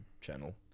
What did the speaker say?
channel